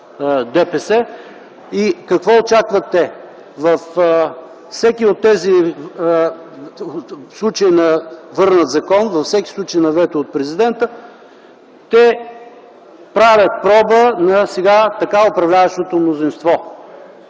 ДПС. Какво очакват те? Във всеки един от тези случаи на върнат закон, във всеки случаи на наложено вето от президента, те правят проба на сега управляващото мнозинството.